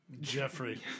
Jeffrey